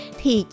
thì